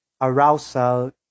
arousal